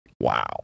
Wow